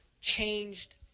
changed